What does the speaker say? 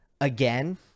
again